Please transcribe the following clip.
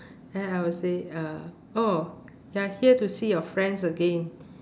and then I will say uh oh you're here to see your friends again